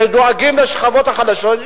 שדואגים לשכבות החלשות,